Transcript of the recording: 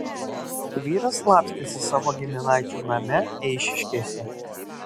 vyras slapstėsi savo giminaičių name eišiškėse